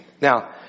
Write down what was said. Now